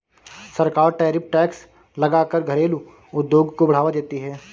सरकार tariff tax लगा कर घरेलु उद्योग को बढ़ावा देती है